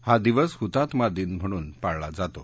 हा दिवस हतात्मा दिन म्हणून पाळला जातो